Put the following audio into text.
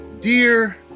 Dear